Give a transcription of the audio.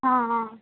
ਹਾਂ